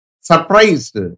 surprised